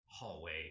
hallway